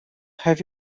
have